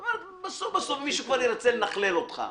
בסוף, מי שכבר ירצה לנכלל אותך,